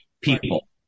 people